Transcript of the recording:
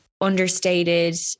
understated